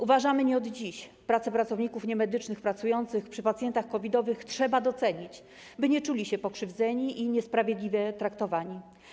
Uważamy nie od dziś, że pracę pracowników niemedycznych pracujących przy pacjentach COVID-owych trzeba docenić, by nie czuli się pokrzywdzeni i niesprawiedliwie traktowani.